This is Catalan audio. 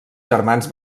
germans